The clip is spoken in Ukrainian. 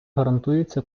гарантуються